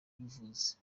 n’ubuvuzi